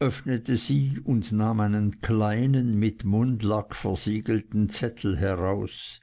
öffnete sie und nahm einen kleinen mit mundlack versiegelten zettel heraus